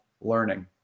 learning